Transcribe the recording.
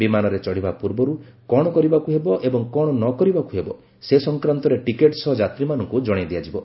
ବିମାନରେ ଚଢ଼ିବା ପୂର୍ବରୁ କ'ଣ କରିବାକୁ ହେବ ଏବଂ କ'ଣ ନ କରିବାକୁ ହେବ ସେ ସଂକ୍ରାନ୍ତରେ ଟିକେଟ୍ ସହ ଯାତ୍ରୀମାନଙ୍କୁ ଜଣାଇଦିଆଯିବ